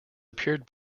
appeared